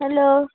hello